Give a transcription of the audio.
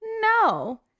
No